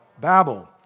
Babel